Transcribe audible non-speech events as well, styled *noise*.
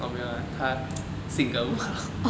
orh 没有啦他 *noise* 性格不好 *laughs*